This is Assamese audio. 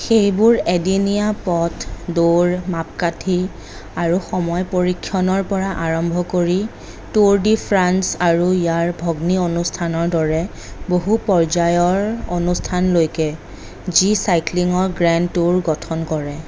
সেইবোৰ এদিনীয়া পথ দৌৰ মাপকাঠী আৰু সময় পৰীক্ষণৰ পৰা আৰম্ভ কৰি ট্যুৰ ডি ফ্ৰান্স আৰু ইয়াৰ ভগ্নী অনুষ্ঠানৰ দৰে বহু পৰ্যায়ৰ অনুষ্ঠানলৈকে যি চাইক্লিঙৰ গ্ৰেণ্ড ট্যুৰ গঠন কৰে